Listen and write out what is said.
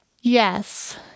Yes